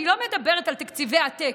אני לא מדברת על תקציבי עתק,